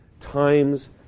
times